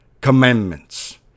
commandments